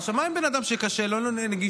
מה עם בן אדם שקשה לו, אין לו נגישות,